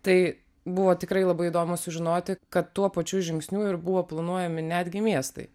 tai buvo tikrai labai įdomu sužinoti kad tuo pačiu žingsniu ir buvo planuojami netgi miestai